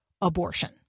abortion